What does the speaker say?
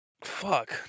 fuck